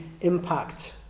impact